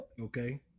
okay